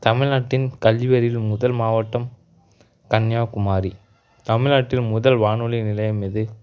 தமிழ்நாட்டின் கல்வியறிவில் முதல் மாவட்டம் கன்னியாகுமரி தமிழ்நாட்டில் முதல் வானொலி நிலையம் எது